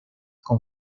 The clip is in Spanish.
con